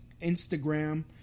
Instagram